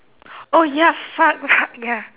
oh ya fuck lah ya